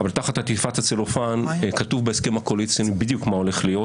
אבל תחת עטיפת הצלופן כתוב בהסכם הקואליציוני בדיוק מה הולך להיות,